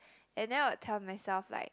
and then I would tell myself like